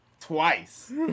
twice